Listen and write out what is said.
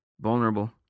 vulnerable